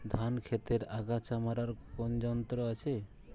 ধান ক্ষেতের আগাছা মারার কোন যন্ত্র আছে?